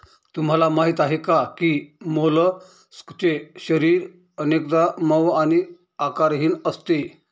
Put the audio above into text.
तुम्हाला माहीत आहे का की मोलस्कचे शरीर अनेकदा मऊ आणि आकारहीन असते